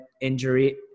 injury